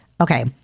Okay